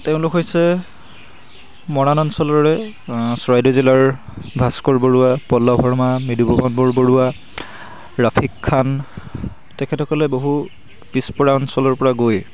তেওঁলোক হৈছে মৰাণ অঞ্চলৰে চৰাইদেউ জিলাৰ ভাস্কৰ বৰুৱা পল্লভ শৰ্মা মৃদুপৱন বৰ বৰুৱা ৰাফিক খান তেখেতসকলে বহু পিছপৰা অঞ্চলৰপৰা গৈ